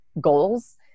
goals